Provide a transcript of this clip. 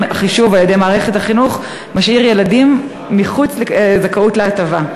חישוב על-ידי מערכת החינוך משאיר ילדים מחוץ לזכאות להטבה,